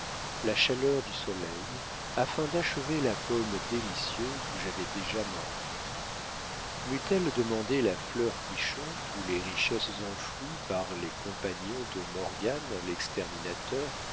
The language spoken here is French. la chaleur du soleil afin d'achever la pomme délicieuse où j'avais déjà mordu meût elle demandé la fleur qui chante ou les richesses enfouies par les compagnons de morgan l'exterminateur